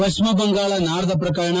ಪಟ್ಟಿಮ ಬಂಗಾಳ ನಾರದ ಪ್ರಕರಣ